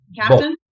captain